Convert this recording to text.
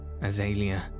Azalea